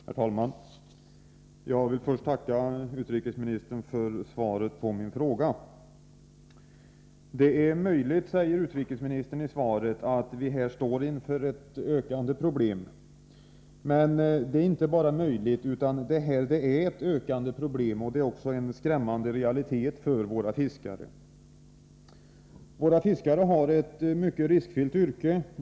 Herr talman! Jag vill först tacka utrikesministern för svaret på min fråga. ”Det är möjligt”, säger utrikesministern i svaret, ”att vi här står inför ett ökande problem.” Det är inte bara möjligt — det är ett ökande problem, och det är också en skrämmande realitet för våra fiskare. Våra fiskare har ett mycket riskfyllt yrke.